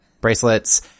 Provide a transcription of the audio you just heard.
bracelets